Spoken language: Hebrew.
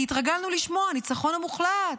כי התרגלנו לשמוע "הניצחון המוחלט",